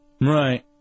right